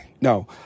No